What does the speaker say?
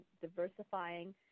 diversifying